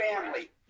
family